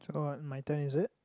oh my turn is it